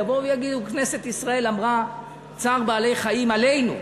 יבואו ויגידו: כנסת ישראל אמרה צער בעלי-חיים עלינו,